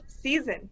season